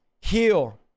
heal